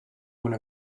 one